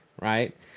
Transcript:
right